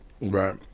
right